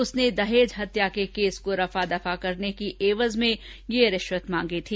उसने दहेज हत्या के केस को रफा दफा करने की एवज में ये रिश्वत मांगी थी